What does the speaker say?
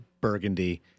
burgundy